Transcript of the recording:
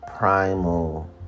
Primal